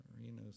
Marino's